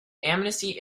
amnesty